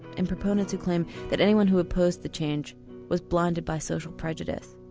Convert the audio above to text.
and proponents who claim that anyone who opposed the change was blinded by social prejudice.